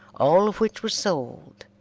all of which were sold,